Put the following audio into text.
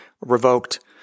revoked